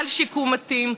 סל שיקום מתאים,